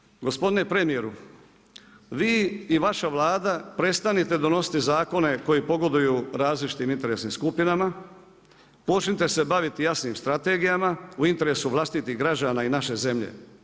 I na kraju, gospodine premijeru, vi i vaša Vlada prestanite donositi zakone koji pogoduju različitim interesnim skupinama, počnite se baviti jasnim strategijama u interesu vlastitih građana i naše zemlje.